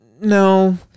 No